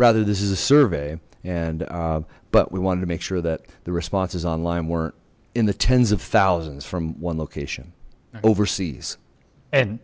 rather this is a survey and but we wanted to make sure that the responses online weren't in the tens of thousands from one location overseas and